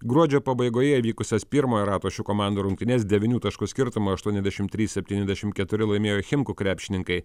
gruodžio pabaigoje įvykusios pirmojo rato šių komandų rungtynes devynių taškų skirtumu aštuoniasdešim trys septyniasdešim keturi laimėjo chimkų krepšininkai